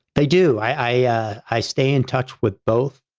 they do i yeah i stay in touch with both.